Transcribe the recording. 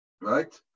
Right